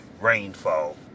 rainfall